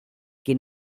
que